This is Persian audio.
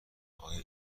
آیا